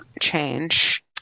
Change